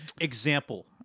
Example